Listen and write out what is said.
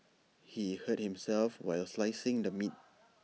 he hurt himself while slicing the meat